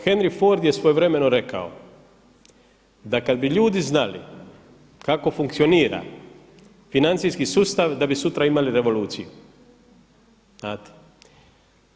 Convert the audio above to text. Henry Ford je svojevremeno rekao da kad bi ljudi znali kako funkcionira financijski sustav da bi sutra imali revoluciju, znate.